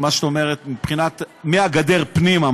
מהגדר פנימה,